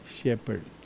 Shepherd